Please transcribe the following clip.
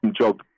job